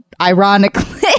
Ironically